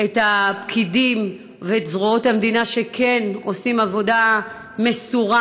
את הפקידים ואת זרועות המדינה שכן עושים עבודה מסורה.